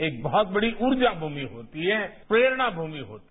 एक बहुत कठी उर्जा मूमि होती है प्रेरणा मूमि होती है